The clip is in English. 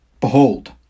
Behold